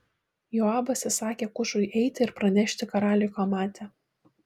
joabas įsakė kušui eiti ir pranešti karaliui ką matė